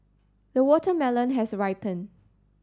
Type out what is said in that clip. the watermelon has ripened